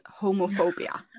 homophobia